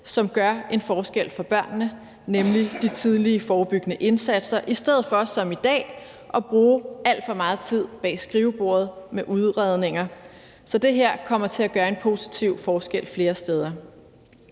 som gør en forskel for børnene, nemlig de tidlige forebyggende indsatser, i stedet for som i dag at bruge alt for meget tid bag skrivebordet med udredninger. Så det her kommer til at gøre en positiv forskel flere steder.